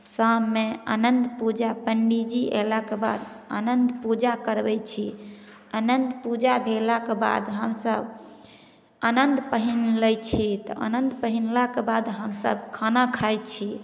शाममे अनन्त पूजा पंडी जी अयलाके बाद अनन्त पूजा करबै छी अनन्त पूजा भेलाक बाद हमसब अनन्त पहिर लै छी तऽ अनन्त पहिरलाक बाद हमसब खाना खाइ छी